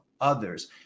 others